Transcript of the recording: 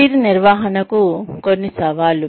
career నిర్వహణకు కొన్ని సవాళ్లు